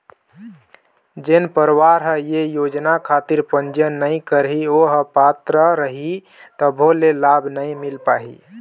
जेन परवार ह ये योजना खातिर पंजीयन नइ करही ओ ह पात्र रइही तभो ले लाभ नइ मिल पाही